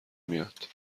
میاد